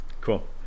Cool